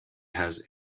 has